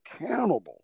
accountable